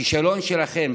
הכישלון שלכם,